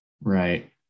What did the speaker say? Right